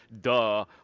duh